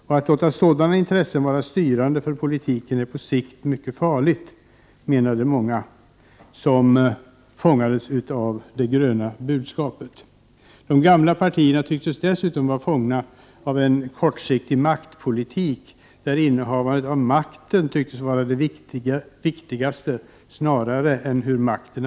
Många som fångades av de gröna budskapet menade att det på sikt är mycket farligt att låta sådana intressen vara styrande för politiken. De gamla partierna tycktes dessutom vara fångna i en kortsiktig maktpolitik, där innehavet av makten snarare än hur makten användes tycktes vara det viktigaste.